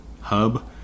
Hub